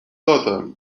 daughter